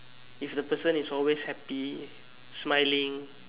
if the person is always happy smiling